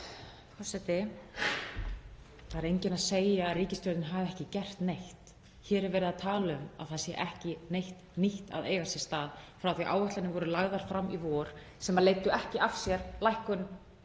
Forseti. Það er enginn að segja að ríkisstjórnin hafi ekki gert neitt. Hér er verið að tala um að það sé ekki neitt nýtt að eiga sér stað frá því að áætlanir voru lagðar fram í vor, sem leiddu ekki af sér lækkun